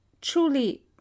Truly